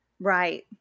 Right